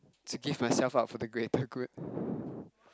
to give myself up for the greater good